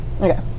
Okay